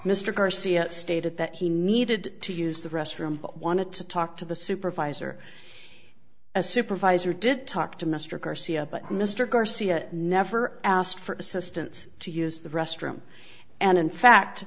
mr garcia stated that he needed to use the restroom but wanted to talk to the supervisor a supervisor did talk to mr garcia but mr garcia never asked for assistance to use the restroom and in